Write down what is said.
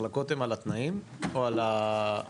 המחלקות הן על התנאים, או ענייני שכר?